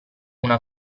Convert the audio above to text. una